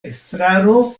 estraro